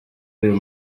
uyu